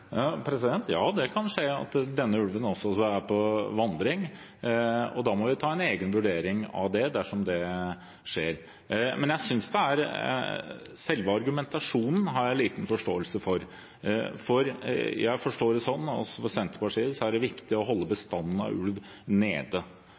Ja, det kan skje at denne ulven også er på vandring. Da må vi ta en egen vurdering av det dersom det skjer. Men selve argumentasjonen har jeg liten forståelse for. Jeg forstår det sånn at for Senterpartiet er det viktig å holde